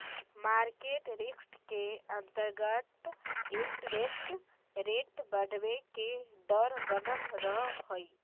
market risk के अंतर्गत interest rate बढ़वे के डर बनल रहऽ हई